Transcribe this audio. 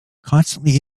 constantly